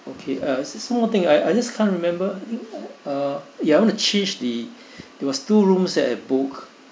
okay uh small thing I I just can't remember uh ya I want to change the it was two rooms that I booked